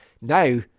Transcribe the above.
now